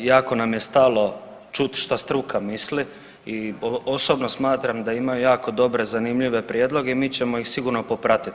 Jako nam je stalo čuti što struka misli i osobno smatram da imaju jako dobre, zanimljive prijedloge i mi ćemo ih sigurno popratiti.